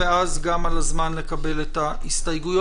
ואז גם על הזמן לקבלת ההסתייגויות.